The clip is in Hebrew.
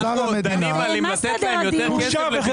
אנחנו דנים על האם לתת להם יותר כסף?